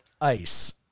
ice